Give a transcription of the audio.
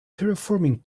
terraforming